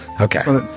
Okay